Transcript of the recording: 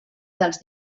dels